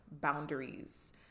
boundaries